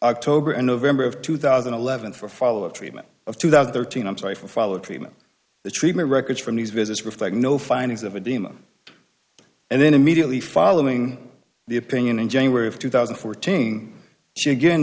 october and november of two thousand and eleven for follow up treatment of two thousand thirteen i'm sorry for follow treatment the treatment records from these visits reflect no findings of a team and then immediately following the opinion in january of two thousand and fourteen she again